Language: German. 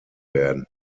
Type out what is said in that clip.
werden